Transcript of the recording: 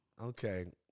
Okay